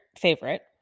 favorite